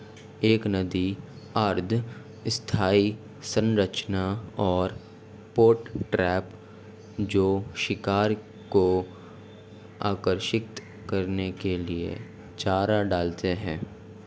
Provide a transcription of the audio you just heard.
एक नदी अर्ध स्थायी संरचना और पॉट ट्रैप जो शिकार को आकर्षित करने के लिए चारा डालते हैं